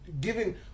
giving